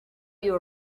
you